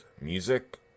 music